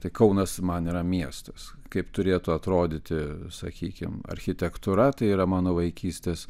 tai kaunas man yra miestas kaip turėtų atrodyti sakykim architektūra tai yra mano vaikystės